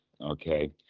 okay